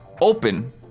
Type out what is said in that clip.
Open